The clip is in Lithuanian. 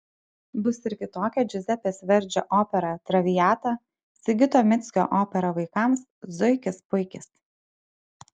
bus ir kitokia džiuzepės verdžio opera traviata sigito mickio opera vaikams zuikis puikis